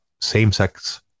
same-sex